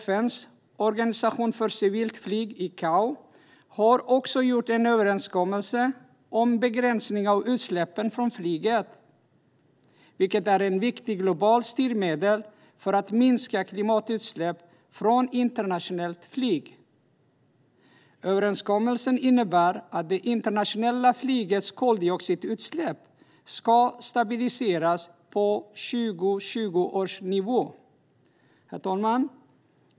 FN:s organisation för civilt flyg, ICAO, har också gjort en överenskommelse om en begränsning av utsläppen från flyget, vilken är ett viktigt globalt styrmedel för att minska klimatutsläpp från internationellt flyg. Överenskommelsen innebär att det internationella flygets koldioxidutsläpp ska stabiliseras på 2020 års nivå. Herr talman!